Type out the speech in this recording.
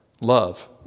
love